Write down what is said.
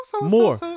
More